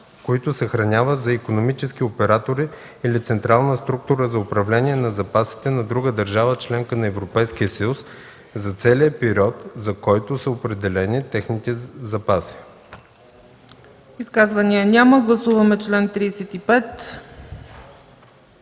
които съхранява за икономически оператори или централна структура за управление на запасите на друга държава – членка на Европейския съюз, за целия период, за който са определени техните запаси.”